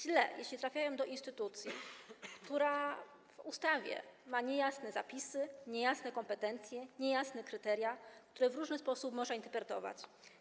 Źle, jeśli trafiają do instytucji, która w ustawie ma niejasne zapisy, niejasne kompetencje, niejasne kryteria, które w różny sposób można interpretować.